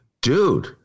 Dude